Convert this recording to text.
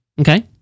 Okay